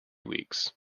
weeks